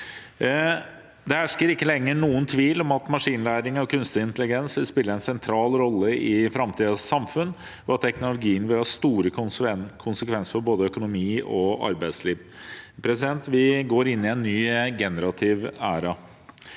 Det hersker ikke lenger noen tvil om at maskinlæring og kunstig intelligens vil spille en sentral rolle i framtidens samfunn, og at teknologien vil ha store konsekvenser for både økonomi og arbeidsliv. Vi går inn i en ny generativ æra.